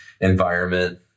environment